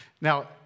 Now